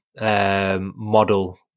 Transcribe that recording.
model